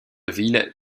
ville